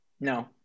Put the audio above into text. No